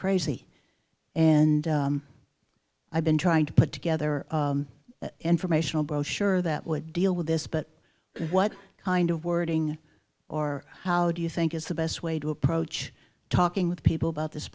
crazy and i've been trying to put together an informational brochure that would deal with this but what kind of wording or how do you think is the best way to approach talking with people about this